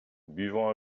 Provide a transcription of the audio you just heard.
buvons